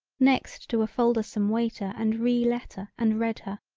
next to a foldersome waiter and re letter and read her.